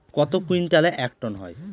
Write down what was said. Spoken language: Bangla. কত কুইন্টালে এক টন হয়?